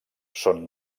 són